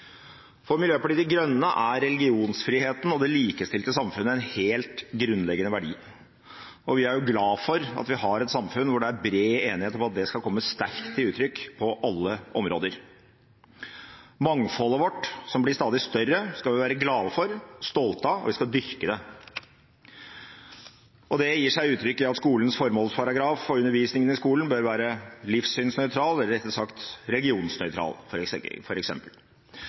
For Miljøpartiet De Grønne er religionsfriheten og det likestilte samfunnet en helt grunnleggende verdi, og vi er glade for at vi har et samfunn hvor det er bred enighet om at det skal komme sterkt til uttrykk på alle områder. Mangfoldet vårt, som blir stadig større, skal vi være glade for, stolte av, og vi skal dyrke det. Det gir seg f.eks. uttrykk i at skolens formålsparagraf og undervisningen i skolen bør være livssynsnøytral, eller rettere sagt religionsnøytral. Derfor går selvsagt De Grønne inn for